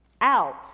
out